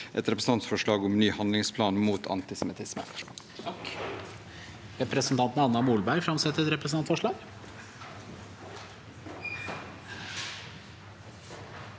et representantforslag om en ny handlingsplan mot antisemittisme.